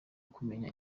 kumenya